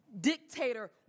dictator